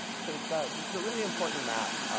so this ah this is a really important map.